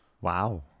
wow